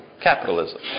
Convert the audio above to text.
Capitalism